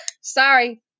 Sorry